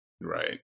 right